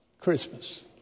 Christmas